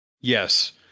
Yes